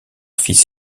fils